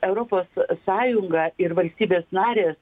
europos sąjunga ir valstybės narės